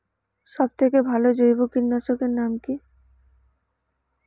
সব থেকে ভালো জৈব কীটনাশক এর নাম কি?